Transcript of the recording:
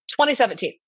2017